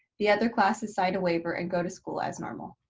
the other classes sign a waiver and go to school as normal.